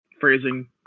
Phrasing